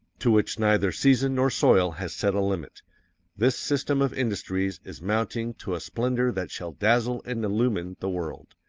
to which neither season nor soil has set a limit this system of industries is mounting to a splendor that shall dazzle and illumine the world.